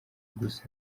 gusa